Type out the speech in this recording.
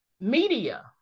media